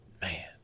Man